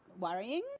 worrying